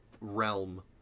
realm